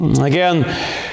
Again